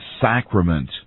sacrament